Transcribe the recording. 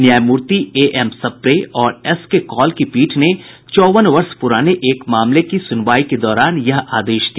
न्यायमूर्ति A M Sapre और S K Kaul की पीठ ने चौवन वर्ष पुराने एक मामले की सुनवाई के दौरान यह आदेश दिया